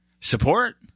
Support